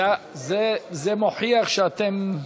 זה מוכיח שאתן,